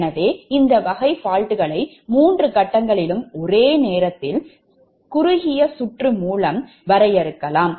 எனவே இந்த வகை faultகளை மூன்று கட்டங்களிலும் ஒரே நேரத்தில் குறுகிய சுற்று மூலம் வரையறுக்கலாம்